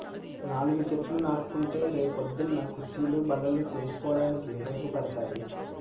నాలుగు చెట్లు నాటుకుంటే రే పొద్దున్న కుచ్చీలు, బల్లలు చేసుకోడానికి ఉపయోగపడతాయి